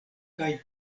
kaj